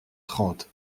trente